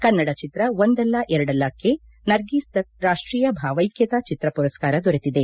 ಕನ್ನಡ ಚಿತ್ರ ಒಂದಲ್ಲ ಎರಡಲ್ಲಕ್ಕೆ ನರ್ಗೀಸ್ ದತ್ ರಾಷ್ಟೀಯ ಭಾವೈಕ್ಕತಾ ಚಿತ್ರ ಮರಸ್ಕಾರ ದೊರೆತಿದೆ